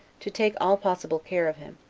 to take all possible care of him,